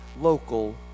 local